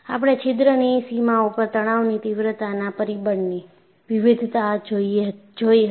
આપણે છિદ્રની સીમા ઉપર તણાવની તીવ્રતાના પરિબળની વિવિધતા જોઈ હતી